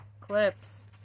clips